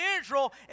Israel